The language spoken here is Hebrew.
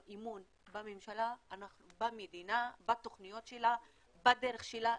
אמון בממשלה, במדינה, בתוכניות שלה, בדרך שלה.